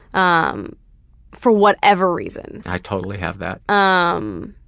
um for whatever reason. i totally have that. um